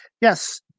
Yes